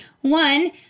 One